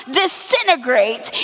disintegrate